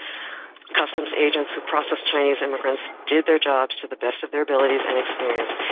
customs agents who processed chinese immigrants did their jobs to the best of their abilities and experience,